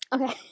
Okay